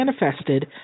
manifested